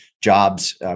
Jobs